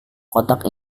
kotak